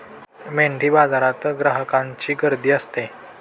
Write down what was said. मेंढीबाजारात ग्राहकांची गर्दी असते